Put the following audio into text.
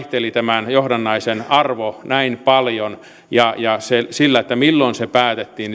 työkalu tämä oli tämä johdannaisen arvo vaihteli näin paljon ja ja sillä ajoituksella milloin se päätettiin